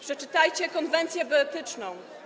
Przeczytajcie konwencję bioetyczną.